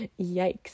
Yikes